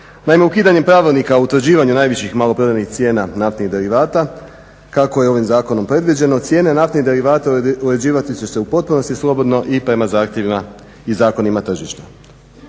ukidanjem pravilnika o utvrđivanju najvećih maloprodajnih cijena naftnih derivata kako je ovim zakonom predviđeno cijene naftnih derivata uređivati će se u potpunosti slobodno i prema zahtjevima i zakonima tržišta.